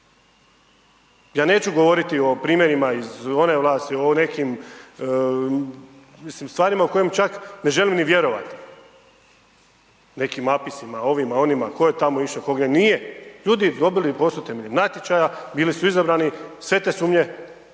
Ja neću govoriti o primjerima iz one vlasti, o nekim mislim stvarima o kojima čak ne želim ni vjerovati, nekim apisima, ovima, onima, tko je tamo išao, tko gdje nije, ljudi su dobili posao temeljem natječaja, bili su izabrani, sve te sumnje